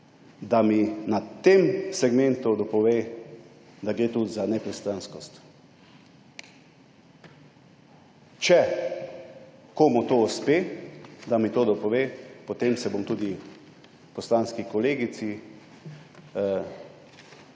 na tem segmentu dopove, da gre tukaj za nepristranskost. Če komu to uspe, da mi to dopove, potem se bom tudi poslanski kolegici,